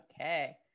Okay